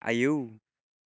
आयौ